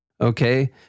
Okay